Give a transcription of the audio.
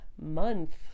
month